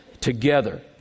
together